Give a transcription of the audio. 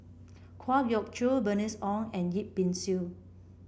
Kwa Geok Choo Bernice Ong and Yip Pin Xiu